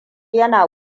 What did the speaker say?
yana